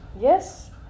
Yes